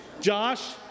Josh